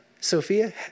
Sophia